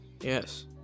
yes